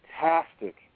fantastic